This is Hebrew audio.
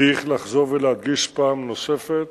צריך לחזור ולהדגיש פעם נוספת: